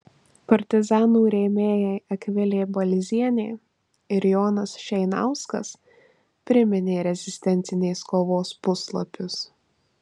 partizanų rėmėjai akvilė balzienė ir jonas šeinauskas priminė rezistencinės kovos puslapius